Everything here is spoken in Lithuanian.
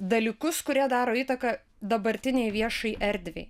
dalykus kurie daro įtaką dabartinei viešai erdvei